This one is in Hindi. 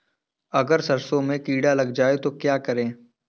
अगर सरसों में कीड़ा लग जाए तो क्या करें?